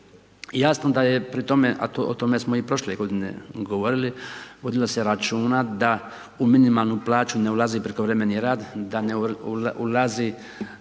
I jasno da je pri tome, a o tome smo i prošle g. govorili, vodilo se računa, da u minimalnu plaću ne ulazi i prekovremeni rad, da ne ulazi